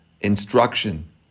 instruction